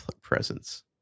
presence